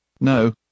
No